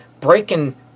breaking